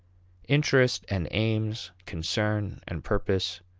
interest and aims, concern and purpose,